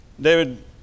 David